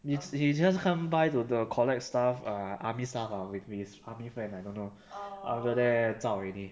he he just come by to the collect stuff ah army stuff with his army friend I don't know after they zao already